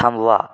थांबवा